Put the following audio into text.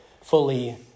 fully